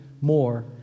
More